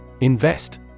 Invest